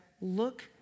look